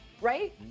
right